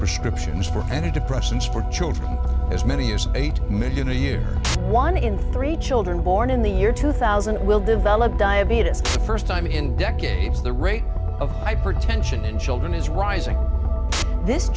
prescriptions for every depressions for children as many as eight million a year one in three children born in the year two thousand will develop diabetes first time in decades the rate of hypertension in children is rising this